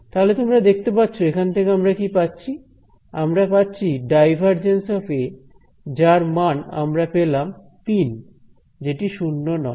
তাহলে তোমরা দেখতে পাচ্ছ এখান থেকে আমরা কি পাচ্ছি আমরা পাচ্ছি ∇· A যার মান আমরা পেলাম 3 যেটি 0 নয়